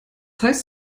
heißt